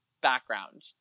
background